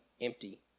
empty